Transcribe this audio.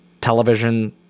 television